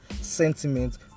sentiment